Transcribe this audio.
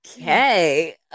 Okay